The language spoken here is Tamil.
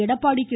எடப்பாடி கே